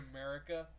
America